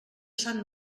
sant